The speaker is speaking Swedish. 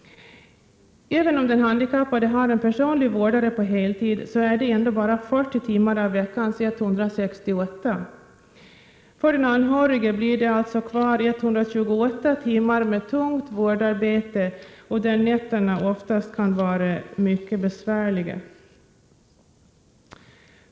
Även om den handikappade har en personlig vårdare på heltid, är det ändå bara 40 timmar av veckans 168 timmar. För den anhörige blir det alltså 128 timmar tungt vårdarbete kvar, där nätterna ofta kan vara mycket besvärliga.